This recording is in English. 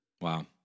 wow